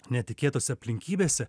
netikėtose aplinkybėse